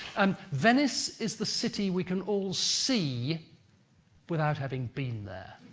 um venice is the city we can all see without having been there.